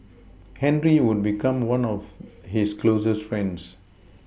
henry would become one of his closest friends